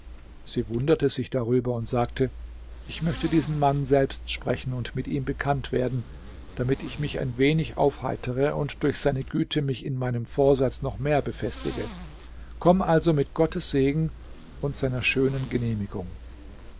sie wunderte sich darüber und sagte ich möchte diesen mann selbst sprechen und mit ihm bekannt werden damit ich mich ein wenig aufheitere und durch seine güte mich in meinem vorsatz noch mehr befestige komm also mit gottes segen und seiner schönen genehmigung